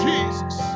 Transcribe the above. Jesus